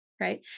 right